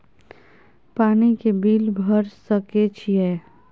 पानी के बिल भर सके छियै?